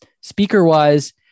Speaker-wise